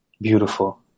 Beautiful